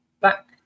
back